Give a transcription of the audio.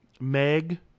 Meg